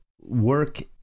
Work